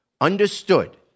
understood